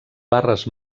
barres